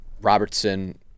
Robertson